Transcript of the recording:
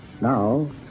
Now